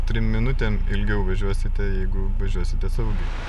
trim minutėm ilgiau važiuosite jeigu važiuosite saugiai